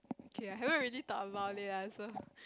okay I haven't really thought about it lah so